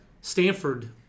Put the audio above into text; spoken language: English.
Stanford